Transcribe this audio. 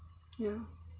ya